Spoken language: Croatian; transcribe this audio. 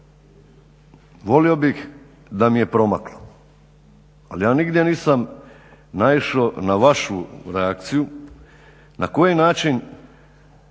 Volio bih da mi je promaklo, ali ja nigdje nisam naišao na vašu reakciju na koji način